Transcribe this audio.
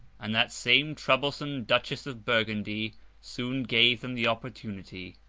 and that same troublesome duchess of burgundy soon gave them the opportunity.